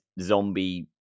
zombie